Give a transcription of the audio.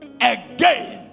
again